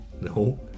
No